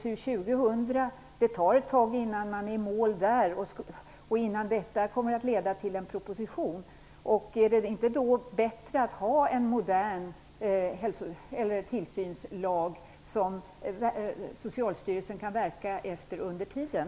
Det tar en tid innan HSU 2000 är i mål och innan detta kommer att leda till en proposition. Är det då inte bättre att ha en modern tillsynslag som Socialstyrelsen kan verka efter under tiden?